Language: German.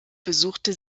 besuchte